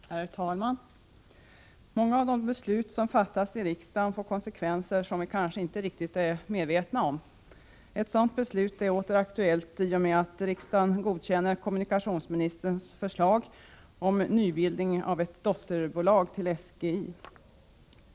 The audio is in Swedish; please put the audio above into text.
Herr talman! Många av de beslut som fattas i riksdagen får konsekvenser som vi kanske inte är riktigt medvetna om. Ett sådant beslut är åter aktuellt i och med att riksdagen godkänner kommunikationsministerns förslag om bildandet av ett dotterbolag till SGI.